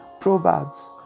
proverbs